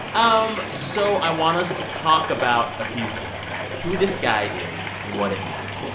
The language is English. um so i want us to talk about a few things who this guy is and what it means.